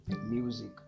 Music